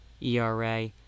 ERA